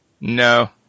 No